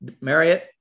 Marriott